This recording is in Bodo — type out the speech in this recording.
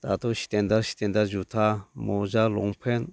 दाथ' स्टेनदार्द स्टेनदार्द जुथा मजा लंपेन्ट